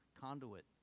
conduit